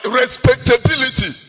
respectability